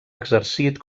exercit